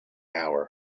hour